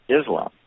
Islam